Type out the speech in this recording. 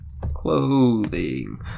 clothing